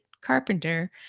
carpenter